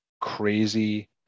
crazy